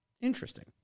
Interesting